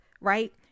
right